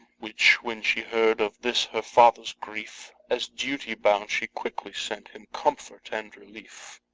which, when she heard of this her father's grief, as duty bound, she quickly sent him comfort and relief.